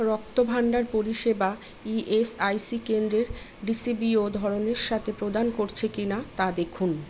রক্তভাণ্ডার পরিষেবা ইএসআইসি কেন্দ্রের ডিসিবিও ধরনের সাথে প্রদান করছে কি না তা দেখুন